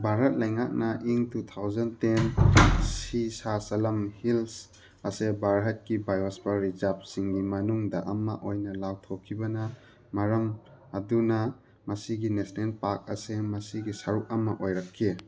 ꯚꯥꯔꯠ ꯂꯩꯉꯥꯛꯅ in two thousand ten Seshachalam hills ꯑꯁꯦ ꯚꯥꯔꯠꯀꯤ ꯄꯥꯌꯣꯁꯐꯤꯌꯔ ꯔꯤꯖꯥꯕꯁꯤꯡꯒꯤ ꯃꯅꯨꯡꯗ ꯑꯃ ꯑꯣꯏꯅ ꯂꯥꯎꯊꯣꯛꯈꯤꯕꯅ ꯃꯔꯝ ꯑꯗꯨꯅ ꯃꯁꯤꯒꯤ ꯅꯦꯁꯅꯦꯜ ꯄꯥꯛ ꯑꯁꯦ ꯃꯁꯤꯒꯤ ꯁꯔꯨꯛ ꯑꯃ ꯑꯣꯏꯔꯛꯈꯤ